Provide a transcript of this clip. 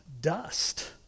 dust